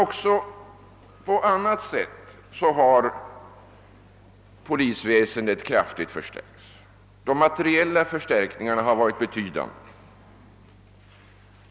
Också på annat sätt har polisväsendet kraftigt förstärkts. De materiella förstärkningarna har varit betydande.